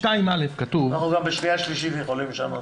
אנחנו גם בשנייה ושלישית יכולים לשנות.